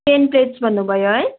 ten plates भन्नुभयो है